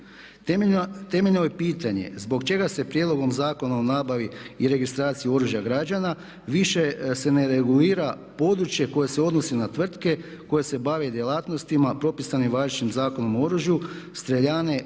Temeljno je pitanje zbog čega prijedlogom Zakona o nabavi i registraciji oružja građana više se ne regulira područje koje se odnosi na tvrtke koje se bave djelatnostima propisanim važećim Zakonom o oružju, streljane, obuka